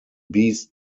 beast